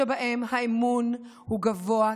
שבהן האמון הוא גבוה,